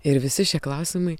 ir visi šie klausimai